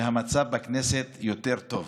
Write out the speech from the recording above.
שהמצב בכנסת יותר טוב,